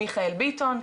מיכאל ביטון,